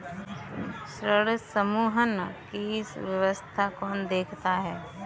ऋण समूहन की व्यवस्था कौन देखता है?